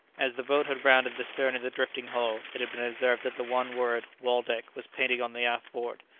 as the boat had rounded the stern of the drifting hull, it had been observed that the one word waldeck was painted on the aft-board,